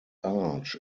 arch